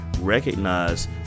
recognize